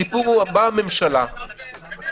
הסיפור הוא שבאה הממשלה ואומרת: